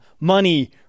money